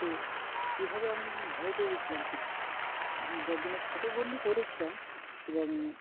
তো এভাবে আমি ভয় পেয়ে গিয়েছিলাম খুব যার জন্য ফটোবন্দি করেছিলাম এবং